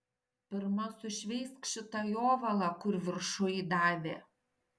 pirma sušveisk šitą jovalą kur viršuj davė